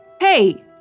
Hey